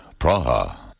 Praha. (